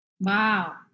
Wow